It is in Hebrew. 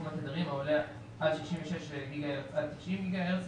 התדרים העולה על 66 גיגה-הרץ עד 90 גיגה-הרץ,